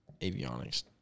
avionics